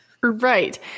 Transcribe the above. Right